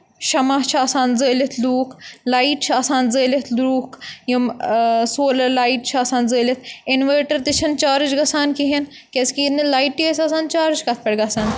شما چھِ آسان زٲلِتھ لوٗکھ لایٹ چھِ آسان زٲلِتھ لوٗکھ یِم سولَر لایِٹ چھِ آسان زٲلِتھ اِنوٲٹَر تہِ چھِنہٕ چارٕج گَژھان کِہیٖنۍ کیٛازِکہِ ییٚلہِ نہٕ لایٹ تہِ ٲسۍ آسان چارٕج کَتھ پٮ۪ٹھ گژھان